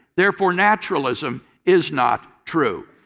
therefore, naturalism is not true.